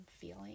feeling